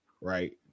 right